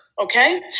okay